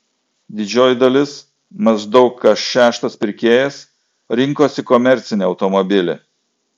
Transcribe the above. didžioji dalis maždaug kas šeštas pirkėjas rinkosi komercinį automobilį